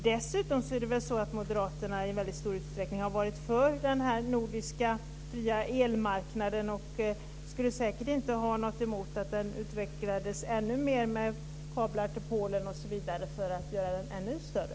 Dessutom har moderaterna i stor utsträckning varit för den fria nordiska elmarknaden och skulle säkert inte ha något emot att den utvecklades ännu mer, med kablar till Polen osv. för att göra den ännu större.